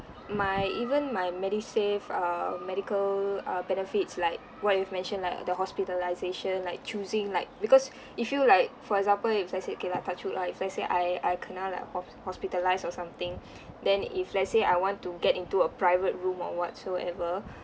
my even my medisave err medical uh benefits like what you've mentioned like the hospitalisation like choosing like because if you like for example if let's say okay like touch wood lah if let's say I I kena like hos~ hospitalised or something then if let's say I want to get into a private room or whatsoever